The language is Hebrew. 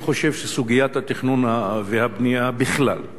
אני חושב שסוגיית התכנון והבנייה בכלל,